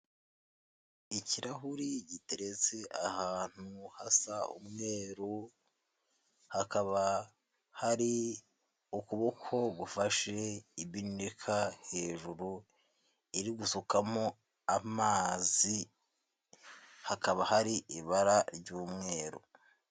Ikirahuri giteretse ahantu hasa umweru, hakaba hari ukuboko gufashe ibinika hejuru iri gusukamo amazi, hakaba hari ibara ry'umweru.